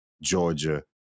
Georgia